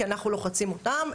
כי אנחנו לוחצים אותם,